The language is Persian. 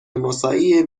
مساعی